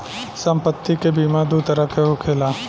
सम्पति के बीमा दू तरह के होखेला